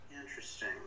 Interesting